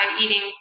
eating